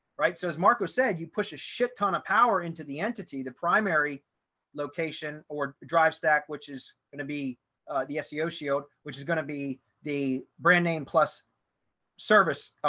right. so as marco said, you push a shit ton of power into the entity, the primary location or drive stack, which is going to be the seo, seo, which is going to be the brand name plus service,